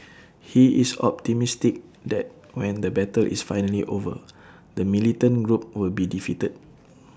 he is optimistic that when the battle is finally over the militant group will be defeated